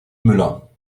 müller